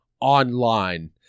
online